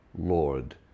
lord